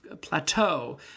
plateau